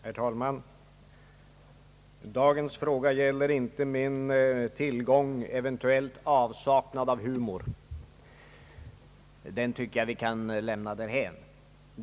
Herr talman! Dagens fråga gäller inte min tillgång till eller eventuell avsaknad av humor — detta kan vi lämna därhän.